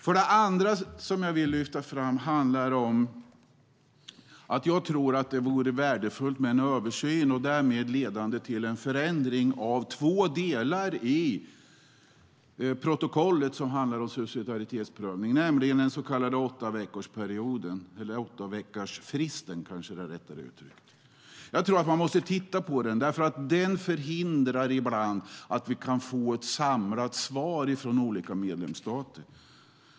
För det andra vill jag lyfta fram att jag tror att det vore värdefullt med en översyn som leder till en förändring av två delar i protokollet som handlar om subsidiaritetsprövningen, nämligen den så kallade åttaveckorsfristen. Jag tror att man måste titta på den, för den förhindrar ibland att vi kan få ett samlat svar från olika medlemsstater.